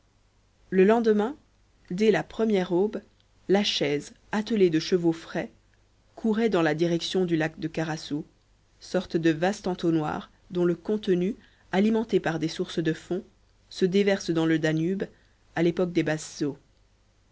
le lendemain dès la première aube la chaise attelée de chevaux frais courait dans la direction du lac karasou sorte de vaste entonnoir dont le contenu alimenté par des sources de fond se déverse dans le danube à l'époque des basses eaux